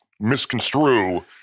misconstrue